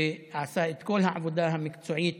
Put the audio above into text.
שעשה את כל העבודה המקצועית